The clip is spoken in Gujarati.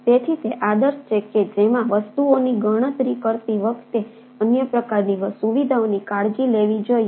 તેથી તે આદર્શ છે કે જેમાં વસ્તુઓની ગણતરી કરતી વખતે અન્ય પ્રકારની સુવિધાઓની કાળજી લેવી જોઈએ